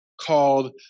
called